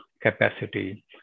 capacity